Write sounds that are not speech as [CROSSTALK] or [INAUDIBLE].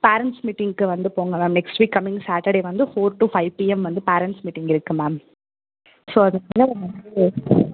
parents மீட்டிங்க்கு வந்து போங்க ma'am next week coming Saturday வந்து ஃபோர் டூ ஃபைவ் பிஎம் வந்து பேரண்ட்ஸ் மீட்டிங் இருக்குது மேம் ஸோ அதுக்குள்ளே [UNINTELLIGIBLE] வந்து